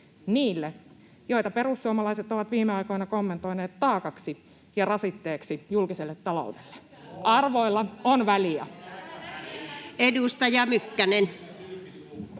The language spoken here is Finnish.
niille, joita perussuomalaiset ovat viime aikoina kommentoineet taakaksi ja rasitteeksi julkiselle taloudelle. Arvoilla on väliä. [Perussuomalaisten